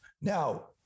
Now